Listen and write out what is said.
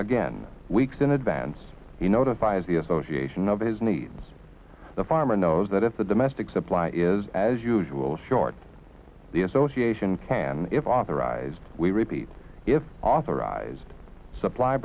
again weeks in advance he notifies the association of his needs the farmer knows that if the domestic supply is as usual short the association can if authorized we repeat if authorized to supply